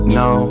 no